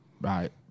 right